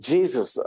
Jesus